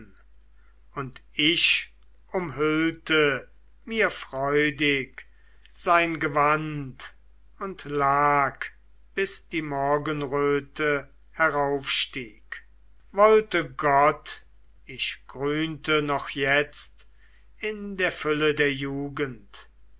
und ich umhüllte mir freudig sein gewand und lag bis die morgenröte heraufstieg wollte gott ich grünte noch jetzt in der fülle der jugend